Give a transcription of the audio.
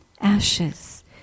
ashes